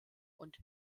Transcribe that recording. und